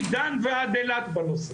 מדן ועד אילת בנושא.